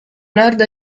nord